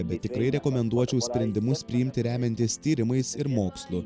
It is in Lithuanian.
bet tikrai rekomenduočiau sprendimus priimti remiantis tyrimais ir mokslu